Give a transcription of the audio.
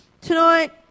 Tonight